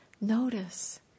Notice